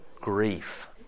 grief